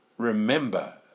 Remember